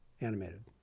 animated